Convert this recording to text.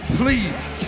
please